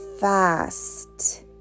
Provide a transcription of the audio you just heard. fast